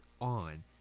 on